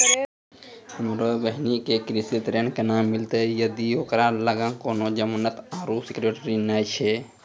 हमरो बहिनो के कृषि ऋण केना मिलतै जदि ओकरा लगां कोनो जमानत आरु सिक्योरिटी नै छै?